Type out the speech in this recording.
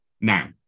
Now